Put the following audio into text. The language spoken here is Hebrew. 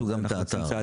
הנגישו את ההצעה.